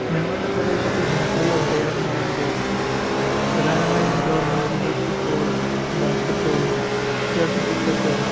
ഞങ്ങളുടെ പ്രദേശത്തെ ജനപ്രിയ കളികളെന്ന് പറയുമ്പോൾ പ്രധാനമായും എനിക്ക് ഓർമ വരുന്നത് ഫുട്ബോളും ബാസ്കറ്റ്ബോളും അത്യാവിശ്യം ക്രിക്കറ്റും ആണ്